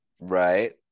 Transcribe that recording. Right